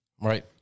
Right